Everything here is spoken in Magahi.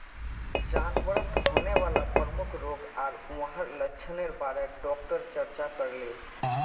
जानवरत होने वाला प्रमुख रोग आर वहार लक्षनेर बारे डॉक्टर चर्चा करले